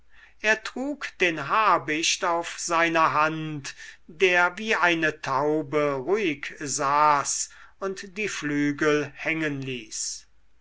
er trug den habicht auf seiner hand der wie eine taube ruhig saß und die flügel hängenließ